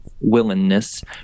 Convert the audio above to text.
willingness